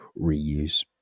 reuse